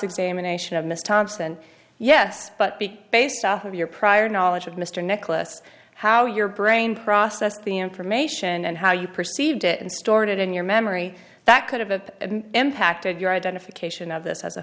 examination of miss thompson yes but based off of your prior knowledge of mr nicholas how your brain process the information and how you perceived it and stored it in your memory that could have a impacted your identification of this as a